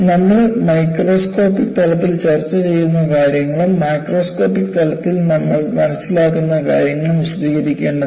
നമ്മൾ മൈക്രോസ്കോപ്പിക് തലത്തിൽ ചർച്ച ചെയ്യുന്ന കാര്യങ്ങളും മാക്രോസ്കോപ്പിക് തലത്തിൽ നമ്മൾ മനസ്സിലാക്കുന്ന കാര്യങ്ങളും വിശദീകരിക്കേണ്ടതുണ്ട്